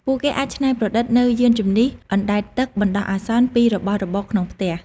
ពួកគេអាចច្នៃប្រឌិតនូវយានជំនិះអណ្តែតទឹកបណ្តោះអាសន្នពីរបស់របរក្នុងផ្ទះ។